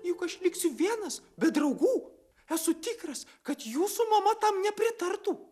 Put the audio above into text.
juk aš liksiu vienas be draugų esu tikras kad jūsų mama tam nepritartų